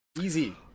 Easy